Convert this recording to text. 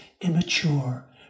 immature